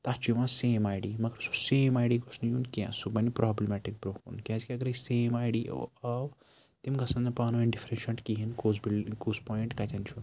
تَتھ چھُ یِوان سیم آی ڈی مگر سُہ سیم آی ڈی گوٚژھ نہٕ یُن کینٛہہ سُہ بَنہِ پرٛابلٕمیٹِک بروںٛہہ کُن کیٛازِکہِ اگر أسۍ سیم آی ڈی آو تِم گژھن نہٕ پانہٕ ونۍ ڈِفرنشنٛٹ کِہیٖنۍ کوٚس بِل کُس پویِنٛٹ کَتٮ۪ن چھُ